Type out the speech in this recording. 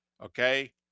Okay